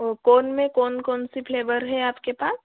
और कोन में कौन कौन से फ्लेवर हैं आपके पास